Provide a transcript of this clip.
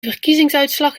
verkiezingsuitslag